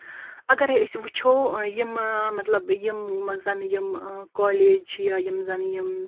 اَگَرے أسۍ وٕچھو یِم مَطلَب یِم زَن یِم کالج چھِ یا یِم زَن یِم